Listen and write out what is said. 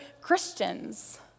Christians